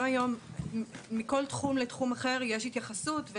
גם היום מכל תחום לתחום אחר יש התייחסות.